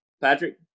Patrick